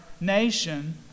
nation